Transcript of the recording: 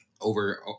over